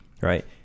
right